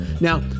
Now